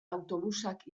autobusak